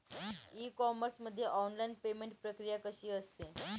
E commerce मध्ये online payment प्रक्रिया कशी असते?